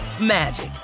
magic